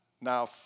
Now